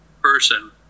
person